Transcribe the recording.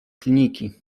kliniki